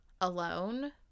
alone